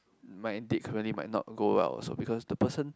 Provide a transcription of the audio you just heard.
my intake currently might not go well also because the person